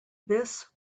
this